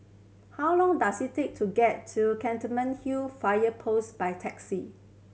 how long does it take to get to Fire Post by taxi